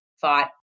fought